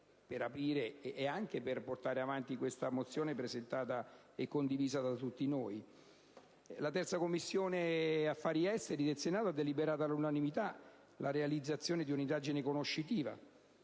all'estero, anche per portare avanti questa mozione, presentata e condivisa da tutti noi. La 3a Commissione permanente del Senato ha deliberato all'unanimità la realizzazione di un'indagine conoscitiva